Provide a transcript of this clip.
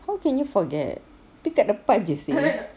how can you forget dia kat depan jer seh